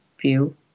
view